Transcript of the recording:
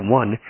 one